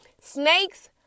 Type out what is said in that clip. snakes